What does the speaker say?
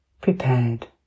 prepared